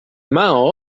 mao